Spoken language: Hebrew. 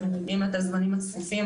אנחנו יודעים את הזמנים הצפופים,